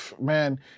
man